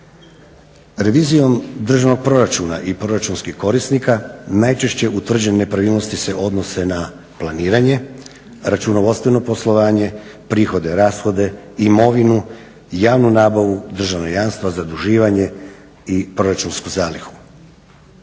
Revizijom državnog proračuna i proračunskih korisnika najčešće utvrđene nepravilnosti se odnose na planiranje, računovodstveno poslovanje, prihode-rashode, imovinu, javnu nabavu, državna jamstva zaduživanje i proračunsku zalihu.